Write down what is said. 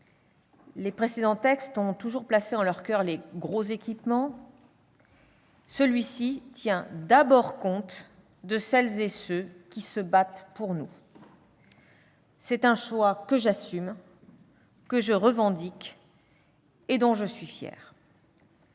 Les précédents textes ont toujours placé en leur coeur les gros équipements ; celui-ci tient d'abord compte de celles et ceux qui se battent pour nous. C'est un choix que j'assume, que je revendique et dont je suis fière.